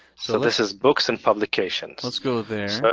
so this is books and publications. let's go there.